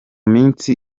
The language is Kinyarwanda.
minsi